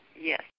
Yes